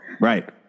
Right